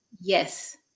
Yes